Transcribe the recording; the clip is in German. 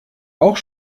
auch